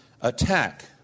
attack